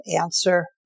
answer